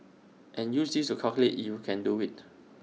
and use this to calculate if you can do IT